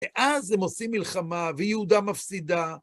ואז הם עושים מלחמה, ויהודה מפסידה.